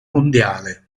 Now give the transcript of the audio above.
mondiale